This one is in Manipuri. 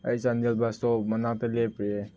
ꯑꯩ ꯆꯥꯟꯗꯦꯜ ꯕꯁ ꯏꯁꯇꯣꯞ ꯃꯅꯥꯛꯇ ꯂꯦꯞꯂꯤꯌꯦ